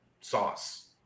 Sauce